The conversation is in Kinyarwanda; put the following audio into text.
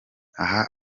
aha